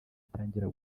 itangira